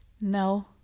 No